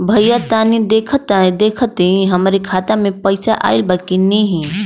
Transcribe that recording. भईया तनि देखती हमरे खाता मे पैसा आईल बा की ना?